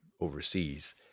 overseas